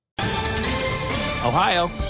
Ohio